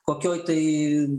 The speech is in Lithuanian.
kokioj tai